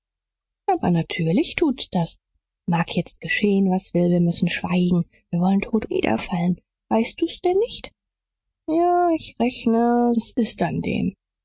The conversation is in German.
aber natürlich tut's das mag jetzt geschehen was will wir müssen schweigen wir wollen tot niederfallen weißt du's denn nicht ja ich rechne s ist an dem